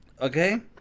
Okay